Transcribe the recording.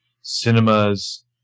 cinemas